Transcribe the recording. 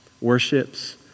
worships